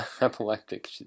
epileptic